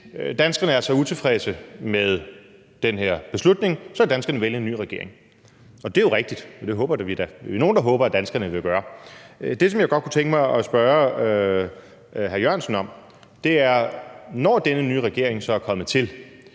Hvis danskerne er så utilfredse med den her beslutning, så kan danskerne vælge en ny regering – og det er jo rigtigt, og det er vi da nogen der håber danskerne vil gøre. Det, som jeg godt kunne tænke mig at spørge hr. Jan E. Jørgensen om, er: Når denne nye regering så er kommet til,